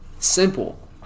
simple